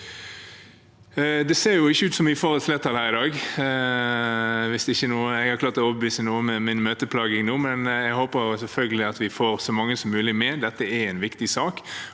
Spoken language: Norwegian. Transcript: Det ser ikke ut som vi får et flertall her i dag, hvis ikke jeg har klart å overbevise noen med min møteplaging nå, men jeg håper selvfølgelig at vi får så mange som mulig med. Dette er en viktig sak.